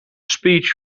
speech